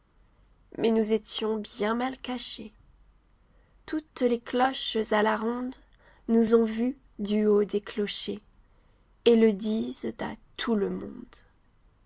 mais nous étions bien mal cachés toutes les cloches à la ronde nous ont vus du haut des clochers et le disent à tout le monde